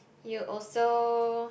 you also